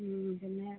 ഉം പിന്നേ